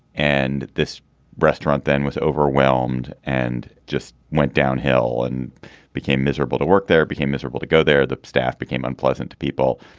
and this restaurant then was overwhelmed and just went downhill and became miserable to work there became miserable to go there the staff became unpleasant people.